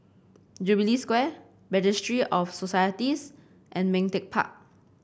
Jubilee Square Registry of Societies and Ming Teck Park